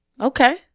Okay